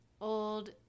old